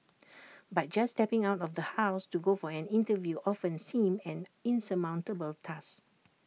but just stepping out of the house to go for an interview often seemed an insurmountable task